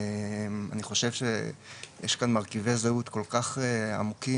אני חושב שיש כאן מרכיבי זהות כל כך עמוקים,